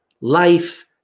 life